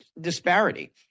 disparity